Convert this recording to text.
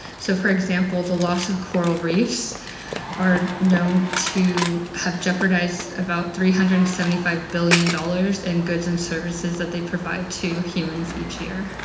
so, for example, the loss of coral reefs are known to have jeopardised about three hundred and seventy five billion dollars in goods and services that they provide to humans each year.